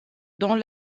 dans